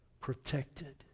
Protected